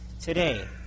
today